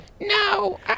No